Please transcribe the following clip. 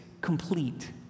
complete